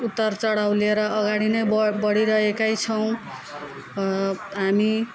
उत्तर चढाउ लिएर अगाडि नै ब बढिरहेकै छौँ हामी